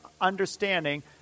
understanding